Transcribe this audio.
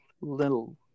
Little